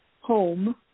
Home